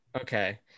Okay